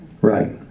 Right